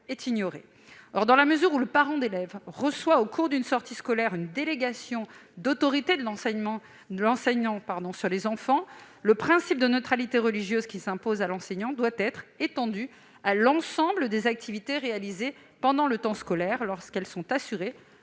est ignorée. Or, dans la mesure où le parent d'élève reçoit au cours d'une sortie scolaire une délégation d'autorité de l'enseignant sur les enfants, le principe de neutralité religieuse qui s'impose à l'enseignant doit être étendu à l'ensemble des activités réalisées pendant le temps scolaire lorsqu'elles sont assurées